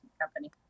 company